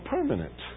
Permanent